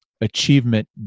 achievement